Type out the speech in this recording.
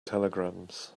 telegrams